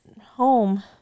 home